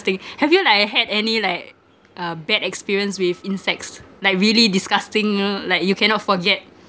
have you like uh had any like uh bad experience with insects like really disgusting like you cannot forget